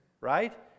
right